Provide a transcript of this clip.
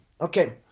Okay